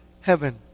heaven